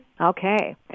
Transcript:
Okay